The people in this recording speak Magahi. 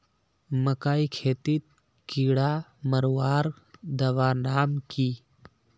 मकई खेतीत कीड़ा मारवार दवा नाम की?